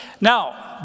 Now